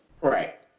Right